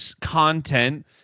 content